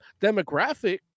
demographic